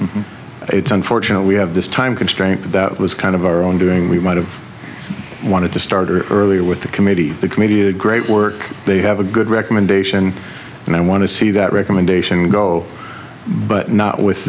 done it's unfortunate we have this time constraint but that was kind of our own doing we might have wanted to start earlier with the committee the committee a great work they have a good recommendation and i want to see that recommendation go but not with